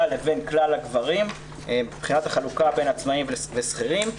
לבין כלל הגברים מבחינת החלוקה בין עצמאים לשכירים.